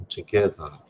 Together